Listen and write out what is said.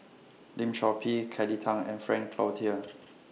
Lim Chor Pee Kelly Tang and Frank Cloutier